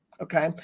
Okay